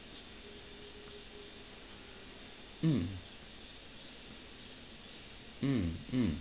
mm mm mm